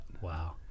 Wow